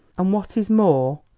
and what is more,